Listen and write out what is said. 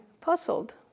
puzzled